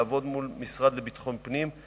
לעבוד מול המשרד לביטחון פנים,